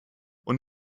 und